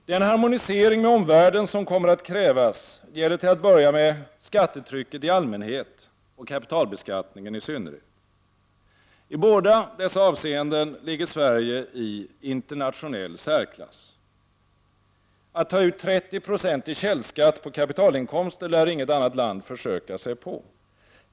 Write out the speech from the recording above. Den harmonisering med omvärlden som kommer att krävas gäller till att börja med skattetrycket i allmänhet och kapitalbeskattningen i synnerhet. I dessa båda avseenden ligger Sverige i internationell särklass. Att ta ut 30 Zo i källskatt på kapitalinkomster lär inget annat land försöka sig på.